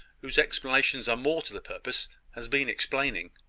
whose explanations are more to the purpose, has been explaining.